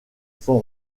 son